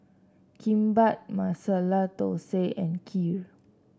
Kimbap Masala Dosa and Kheer